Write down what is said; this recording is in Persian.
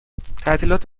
تعطیلات